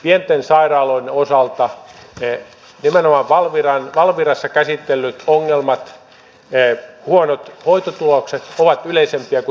pienten sairaaloiden osalta nimenomaan valvirassa käsitellyt ongelmat huonot hoitotulokset ovat yleisempiä kuin suurissa sairaaloissa